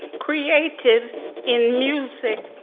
creative in music,